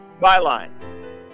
Byline